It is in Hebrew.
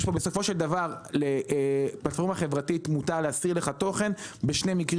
בסופו של דבר לפלטפורמה משפטית מותר להסיר תוכן בשני מקרים